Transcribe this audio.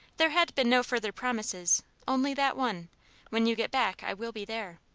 there had been no further promises only that one when you get back i will be there.